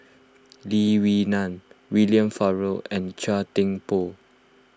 Lee Wee Nam William Farquhar and Chua Thian Poh